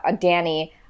Danny